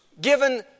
given